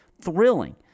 Thrilling